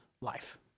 life